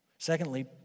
Secondly